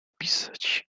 pisać